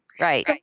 Right